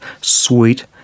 sweet